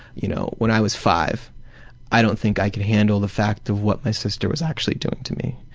you know. when i was five i don't think i could handle the fact of what my sister was actually doing to me,